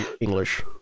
English